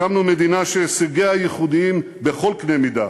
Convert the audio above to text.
הקמנו מדינה שהישגיה ייחודיים בכל קנה מידה.